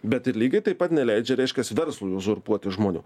bet ir lygiai taip pat neleidžia reiškias verslui uzurpuoti žmonių